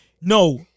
No